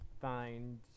find